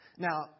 Now